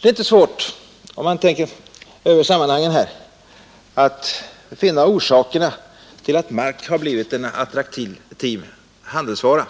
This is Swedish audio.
Det är inte svårt, om man tänker över sammanhangen, att finna orsakerna till att mark har blivit en attraktiv handelsvara.